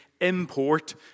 import